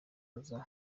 aza